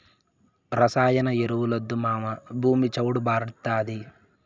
రసాయన ఎరువులొద్దు మావా, భూమి చౌడు భార్డాతాది